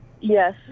Yes